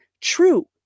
true